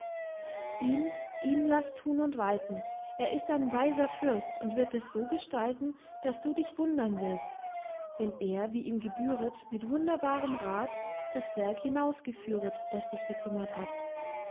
ihn ihn laß tun und walten er ist ein weiser fürst und wird es so gestalten daß du dich wundern wirst wenn er wie ihm gebühret mit wunderbarem rat das werk hinausgeführet das dich bekümmert hat